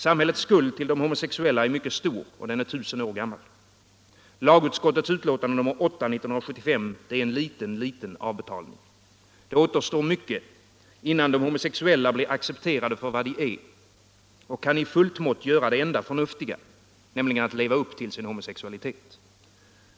Samhällets skuld till de homosexuella är mycket stor och den är tusen år gammal. Lagutskottets betänkande nr 8 år 1975 är en liten, liten avbetalning. Det återstår mycket innan de homosexuella blir accepterade för vad de är och kan i fullt mått göra det enda förnuftiga — att leva upp till sin homosexualitet.